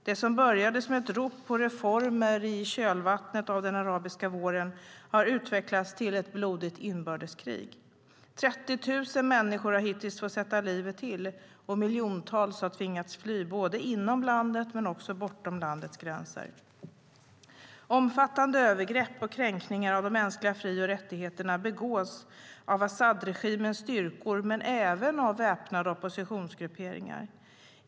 Det som började som ett rop på reformer i kölvattnet av den arabiska våren har utvecklats till ett blodigt inbördeskrig. 30 000 människor har hittills fått sätta livet till, och miljontals har tvingats fly både inom landet och bortom landets gränser. Omfattande övergrepp och kränkningar av de mänskliga fri och rättigheterna begås av Assadregimens styrkor men även av väpnade oppositionsgrupperingar.